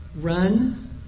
run